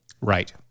Right